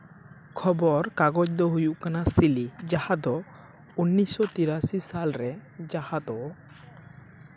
ᱠᱷᱚᱵᱚᱨ ᱠᱟᱜᱚᱡᱽ ᱫᱚ ᱦᱩᱭᱩᱜ ᱠᱟᱱᱟ ᱥᱤᱞᱤ ᱡᱟᱦᱟᱸ ᱫᱚ ᱩᱱᱤᱥᱥᱚ ᱛᱤᱨᱟᱥᱤ ᱥᱟᱞᱨᱮ ᱡᱟᱦᱟᱸ ᱫᱚ